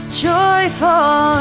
joyful